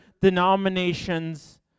denominations